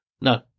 No